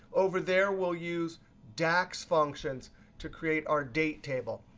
over there, we'll use dax functions to create our date table.